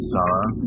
Sarah